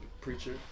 preacher